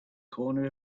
corner